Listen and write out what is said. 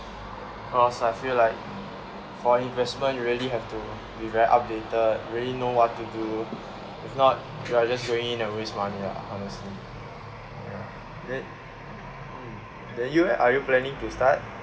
it cause I feel like for investment you really have to be very updated really know what to do if not you're just going in and waste money lah honestly ya it mm then you leh are you planning to start